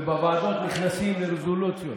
ובוועדות נכנסים לרזולוציות.